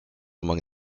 among